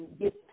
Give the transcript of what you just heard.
get